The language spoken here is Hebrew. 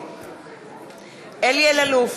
נגד אלי אלאלוף,